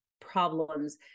problems